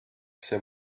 see